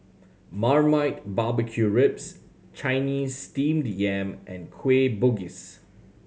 marmite barbecue ribs Chinese Steamed Yam and Kueh Bugis